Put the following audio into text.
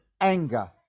anger